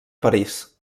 parís